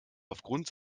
aufgrund